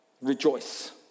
rejoice